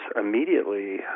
immediately